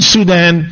Sudan